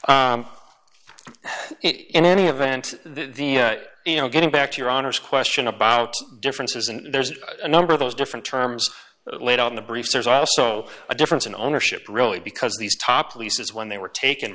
or in any event the you know getting back to your honor's question about differences and there's a number of those different terms laid out in the briefs there's also a difference in ownership really because these top leases when they were taken